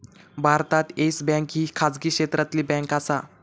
भारतात Yes Bank ही खाजगी क्षेत्रातली बँक आसा